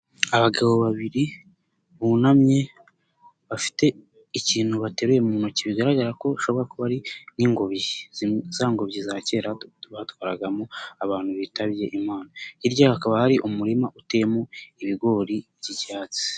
Abagabo babiri bunamye, bafite ikintu bateruye mu ntoki, bigaragara ko ishobora kuba ari n'ingobyi, za ngobyi za kera batwaragamo abantu bitabye Imana. Hirya yaho hakaba hari umurima uteyemo ibigori by'icyatsi.